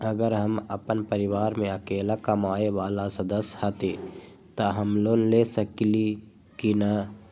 अगर हम अपन परिवार में अकेला कमाये वाला सदस्य हती त हम लोन ले सकेली की न?